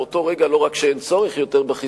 מאותו רגע לא רק שאין צורך בחיסיון,